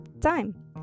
time